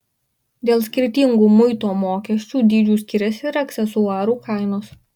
dėl skirtingų muito mokesčių dydžių skiriasi ir aksesuarų kainos